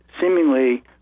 seemingly